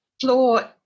floor